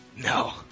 No